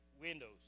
windows